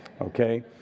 okay